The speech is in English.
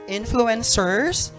influencers